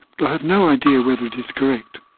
but i have no idea whether it is correct.